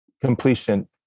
completion